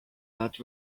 that